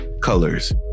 colors